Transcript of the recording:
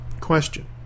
Question